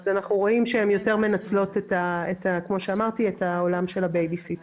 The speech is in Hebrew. אנחנו רואים שהן יותר מנצלות את העולם של הבייביסיטר,